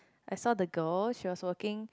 I saw the girl she was working